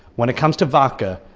when it comes to vodka,